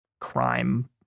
crime